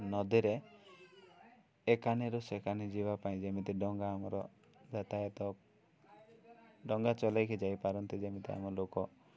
ନଦୀରେ ଏକାନିରୁ ସେ କାନି ଯିବା ପାଇଁ ଯେମିତି ଡଙ୍ଗା ଆମର ଯାତାୟତ ଡଙ୍ଗା ଚଲେଇକି ଯାଇପାରନ୍ତି ଯେମିତି ଆମ ଲୋକ